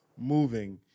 moving